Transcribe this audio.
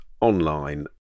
online